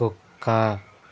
కుక్క